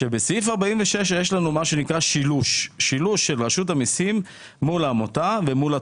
בסעיף 46 יש למה שנקרא שילוש של רשות המיסים מול העמותה ומול התורם.